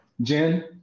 Jen